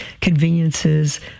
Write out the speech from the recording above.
conveniences